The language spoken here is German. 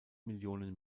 millionen